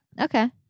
Okay